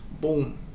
Boom